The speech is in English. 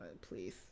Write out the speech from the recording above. please